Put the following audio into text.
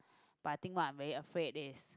but I think what I'm very afraid is